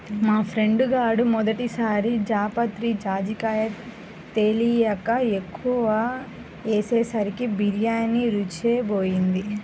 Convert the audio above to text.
మా ఫ్రెండు గాడు మొదటి సారి జాపత్రి, జాజికాయ తెలియక ఎక్కువ ఏసేసరికి బిర్యానీ రుచే బోయింది